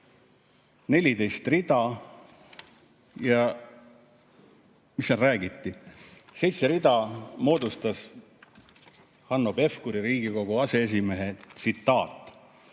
14 rida. Mis seal räägiti? Seitse rida moodustas Hanno Pevkuri, Riigikogu aseesimehe tsitaat.